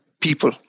people